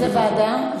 איזו ועדה?